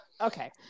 Okay